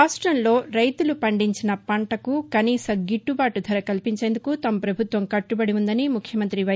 రాష్టంలో రైతులు పండించిన పంటకు కనీస గిట్టుబాటు ధర కల్పించేందుకు తమ పభుత్వం కట్టుబడి ఉందని ముఖ్యమంతి వై